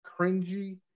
cringy